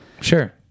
sure